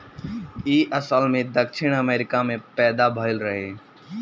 इ असल में दक्षिण अमेरिका में पैदा भइल रहे